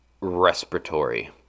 respiratory